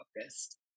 focused